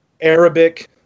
Arabic